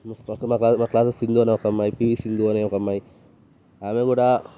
మా క్లాస్ మా క్లాస్లో సింధు అనే ఒక అమ్మాయి పీవీ సింధు అనే ఒక అమ్మాయి ఆమె కూడా